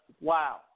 wow